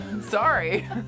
Sorry